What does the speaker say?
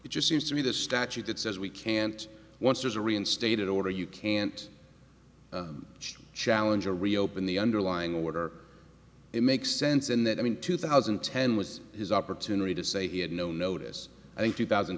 it just seems to me the statute that says we can't once there's a reinstated order you can't challenge or reopen the underlying order it makes sense in that i mean two thousand and ten was his opportunity to say he had no notice i think two thousand